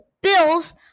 Bills